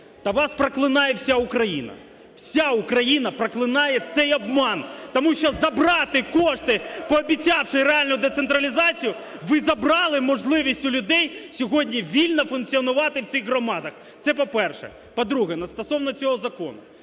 Та вас проклинає вся Україна! Вся Україна проклинає це обман, тому що забрати кошти, пообіцявши реальну децентралізацію, ви забрали можливість у людей сьогодні вільно функціонувати в цих громадах. Це по-перше. По-друге, стосовно цього закону.